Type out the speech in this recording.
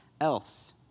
else